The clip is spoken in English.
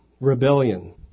Rebellion